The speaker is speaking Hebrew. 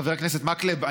חבר הכנסת מקלב,